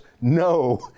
no